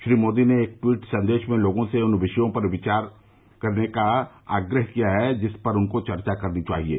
श्री मोदी ने एक ट्वीट संदेश में लोगों से उन विषयों पर विचार भेजने का आग्रह किया है जिन पर उनको चर्चा करनी चाहिये